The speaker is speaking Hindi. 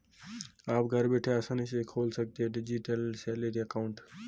आप घर बैठे आसानी से खोल सकते हैं डिजिटल सैलरी अकाउंट